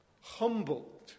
humbled